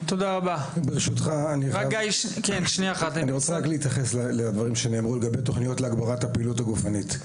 אני רוצה להתייחס לדברים שנאמרו בנוגע לתכניות להגברת הפעילות הגופנית.